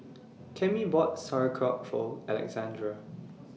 Cammie bought Sauerkraut For Alexandre